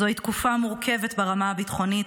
זוהי תקופה מורכבת ברמה הביטחונית,